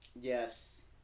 Yes